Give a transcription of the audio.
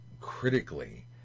critically